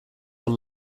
were